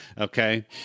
Okay